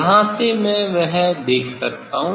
यहाँ से मैं वह देख सकता हूँ